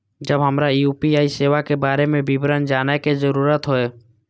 जब हमरा यू.पी.आई सेवा के बारे में विवरण जानय के जरुरत होय?